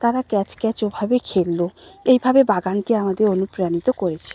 তারা catch catch ওভাবে খেলল এইভাবে বাগানকে আমাদের অনুপ্রাণিত করেছে